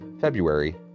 February